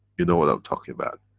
you know what i am talking about.